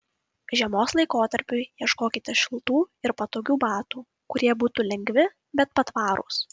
žiemos laikotarpiui ieškokite šiltų ir patogių batų kurie būtų lengvi bet patvarūs